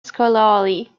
scholarly